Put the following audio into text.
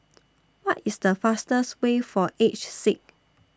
What IS The fastest Way For Aged Sick